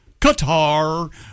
Qatar